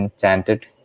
chanted